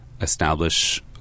establish